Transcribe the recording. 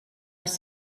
els